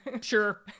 Sure